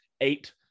eight